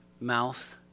mouth